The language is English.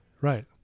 Right